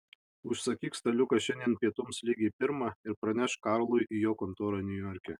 užsakyk staliuką šiandien pietums lygiai pirmą ir pranešk karlui į jo kontorą niujorke